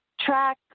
Track